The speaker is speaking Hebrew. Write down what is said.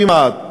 כמעט,